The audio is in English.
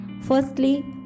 Firstly